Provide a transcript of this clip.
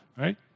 right